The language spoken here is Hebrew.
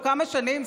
או כמה שנים,